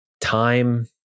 time